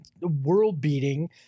world-beating